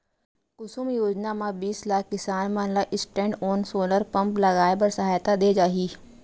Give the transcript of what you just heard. कुसुम योजना म बीस लाख किसान मन ल स्टैंडओन सोलर पंप लगाए बर सहायता दे जाही